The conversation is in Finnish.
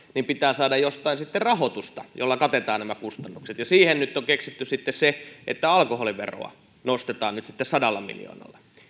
pitää saada jostain rahoitusta jolla katetaan nämä kustannukset siihen on nyt sitten keksitty se että alkoholiveroa nostetaan sadalla miljoonalla